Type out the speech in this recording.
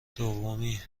دومی